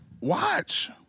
Watch